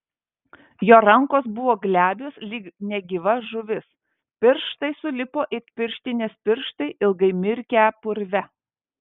jo rankos buvo glebios lyg negyva žuvis pirštai sulipo it pirštinės pirštai ilgai mirkę purve